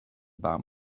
about